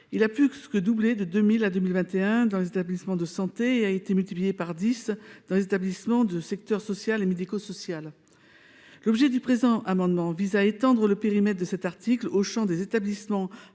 Il a plus que doublé de 2000 à 2021 dans les établissements de santé et a été multiplié par dix dans les établissements du secteur social et médico social. L’objet du présent amendement est d’étendre le périmètre de cet article au champ des établissements